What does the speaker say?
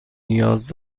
نیاز